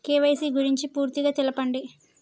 KYC గురించి పూర్తిగా తెలపండి?